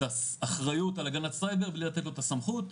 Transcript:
את האחריות על הגנת הסייבר, בלי לתת לו את הסמכות,